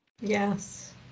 Yes